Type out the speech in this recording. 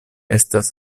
estas